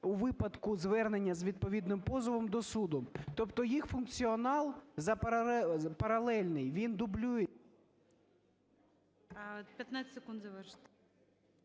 у випадку звернення з відповідним позовом до суду. Тобто їх функціонал паралельний, він дублюється… ГОЛОВУЮЧИЙ. 15 секунд завершити.